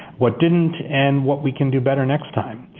what didn't, and what we can do better next time.